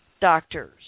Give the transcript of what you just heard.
doctors